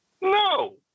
No